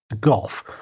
golf